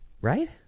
Right